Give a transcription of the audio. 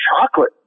chocolate